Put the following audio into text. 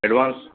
advance